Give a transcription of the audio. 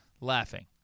Laughing